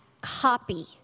copy